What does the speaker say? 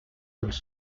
dels